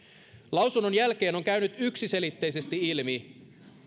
lausunnon jälkeen on käynyt yksiselitteisesti ilmi